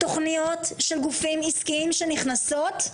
תוכניות של גופים עסקיים שנכנסות,